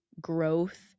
growth